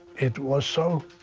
it was so